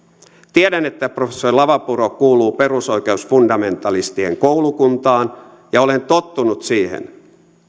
tiedän että professori lavapuro kuuluu perusoikeusfundamentalistien koulukuntaan ja olen tottunut siihen